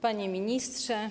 Panie Ministrze!